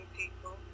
people